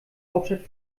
hauptstadt